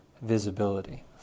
visibility